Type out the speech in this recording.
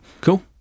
Cool